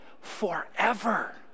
forever